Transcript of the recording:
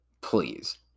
Please